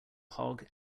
hog